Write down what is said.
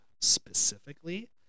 specifically